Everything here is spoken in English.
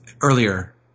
earlier